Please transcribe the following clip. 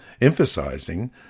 emphasizing